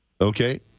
Okay